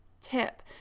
tip